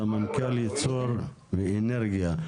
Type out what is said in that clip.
וסמנכ"ל ייצור ואנרגיה.